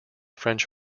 french